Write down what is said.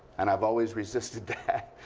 and i've always resisted that.